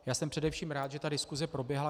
Já jsem především rád, že ta diskuse proběhla.